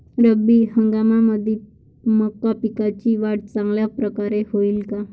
रब्बी हंगामामंदी मका पिकाची वाढ चांगल्या परकारे होईन का?